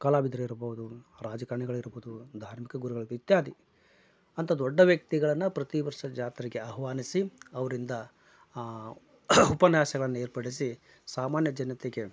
ಕಲಾವಿದರಿರಬಹುದು ರಾಜಕಾರ್ಣಿಗಳಿರಬಹುದು ಧಾರ್ಮಿಕ ಗುರುಗಳು ಇತ್ಯಾದಿ ಅಂತ ದೊಡ್ಡ ವ್ಯಕ್ತಿಗಳನ್ನ ಪ್ರತಿವರ್ಷ ಜಾತ್ರೆಗೆ ಆಹ್ವಾನಿಸಿ ಅವರಿಂದ ಉಪನ್ಯಾಸಗಳನ್ನ ಏರ್ಪಡಿಸಿ ಸಾಮಾನ್ಯ ಜನತೆಗೆ